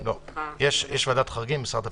לא, יש ועדת חריגים במשרד הפנים.